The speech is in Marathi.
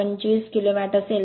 825 किलो वॅट असेल